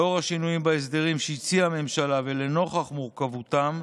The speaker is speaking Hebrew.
לאור השינויים בהסדרים שהציעה הממשלה ולנוכח מורכבותם,